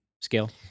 scale